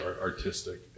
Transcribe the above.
artistic